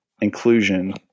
inclusion